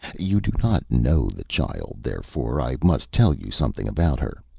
you do not know the child, therefore i must tell you something about her.